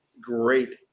great